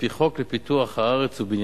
על-פי חוק לפיתוח הארץ ובניינה.